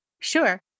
Sure